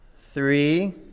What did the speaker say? Three